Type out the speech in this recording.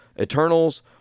Eternals